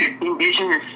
indigenous